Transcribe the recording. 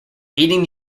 aiding